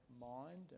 mind